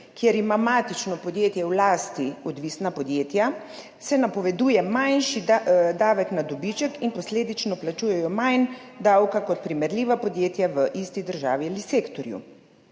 kjer ima matično podjetje v lasti odvisna podjetja, napovedujejo manjši davek na dobiček in posledično plačujejo manj davka kot primerljiva podjetja v isti državi ali sektorju.